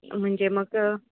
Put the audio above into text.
म्हणजे मग